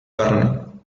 carne